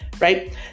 right